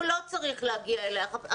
הוא לא צריך להגיע אליך.